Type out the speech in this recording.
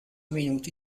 minuti